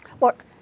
Look